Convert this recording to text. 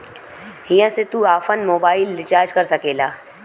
हिया से तू आफन मोबाइल रीचार्ज कर सकेला